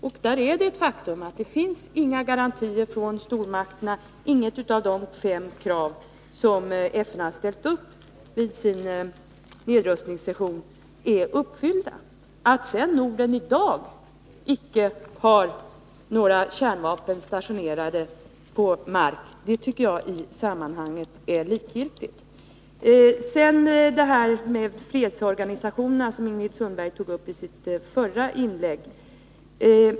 Och det är ett faktum att det inte finns några garantier från stormakterna, inget av de fem krav som FN ställde upp vid sin nedrustningssession är uppfyllda. Att Norden i dag icke har några kärnvapen stationerade på mark tycker jag i sammanhanget är likgiltigt. Ingrid Sundberg tog upp fredsorganisationerna i sitt förra inlägg.